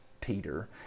Peter